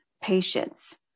patience